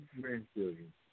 grandchildren